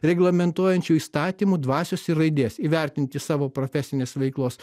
reglamentuojančių įstatymų dvasios ir raidės įvertinti savo profesinės veiklos